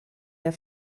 der